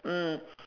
mm